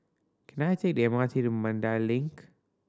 can I take the M R T to Mandai Link